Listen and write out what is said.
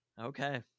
Okay